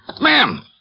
Ma'am